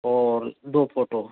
और दो फोटो